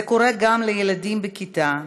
זה קורה גם לילדים בכיתה,